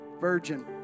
virgin